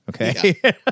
Okay